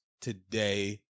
today